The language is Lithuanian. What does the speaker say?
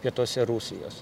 pietuose rusijos